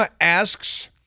asks